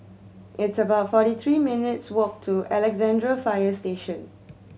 it's about forty three minutes' walk to Alexandra Fire Station